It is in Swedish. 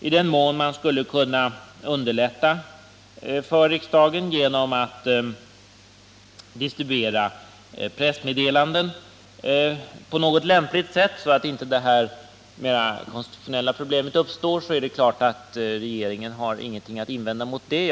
I den mån man skulle kunna underlätta riksdagens arbete genom att distribuera pressmeddelanden på något lämpligt sätt, så att det här mera konstitutionella problemet inte uppstår, så har regeringen givetvis ingenting att invända mot det.